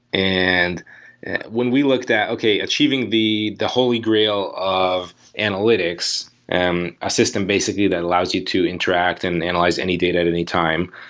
and when we looked at, okay, achieving the the holy grail of analytics, and a system basically that allows you to interact and analyze any data at any time.